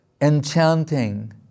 enchanting